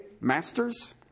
masters